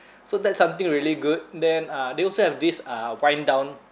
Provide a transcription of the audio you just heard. so that's something really good then uh they also have this uh wind down